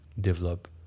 develop